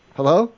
Hello